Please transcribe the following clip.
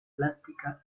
plástica